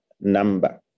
number